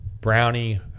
brownie